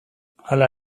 hala